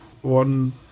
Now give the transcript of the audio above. one